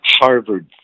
Harvard